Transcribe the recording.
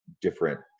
different